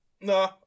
No